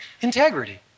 integrity